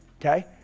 Okay